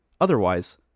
Otherwise